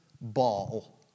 ball